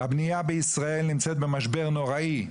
הבנייה בישראל נמצאת במשבר נוראי,